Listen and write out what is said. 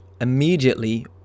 immediately